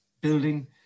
building